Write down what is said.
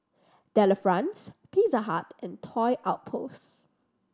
Delifrance Pizza Hut and Toy Outpost